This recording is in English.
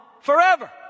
forever